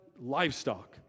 livestock